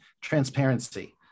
transparency